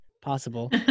possible